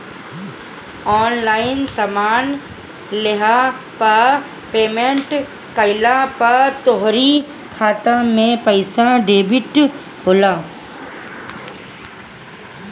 online सामान लेहला पअ पेमेंट कइला पअ तोहरी खाता से पईसा डेबिट होला